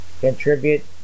Contribute